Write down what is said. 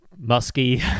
musky